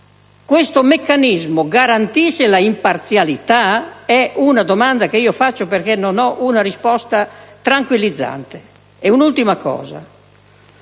Questo meccanismo garantisce la imparzialità? È una domanda che pongo in quanto non ho ottenuto una risposta tranquillizzante. Un'ultima cosa.